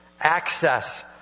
Access